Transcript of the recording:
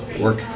work